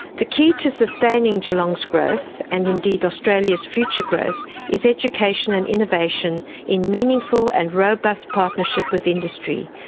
the key to sustaining geelong's growth and indeed australia's future growth is education and innovation in meaningful and robust partnership with industry.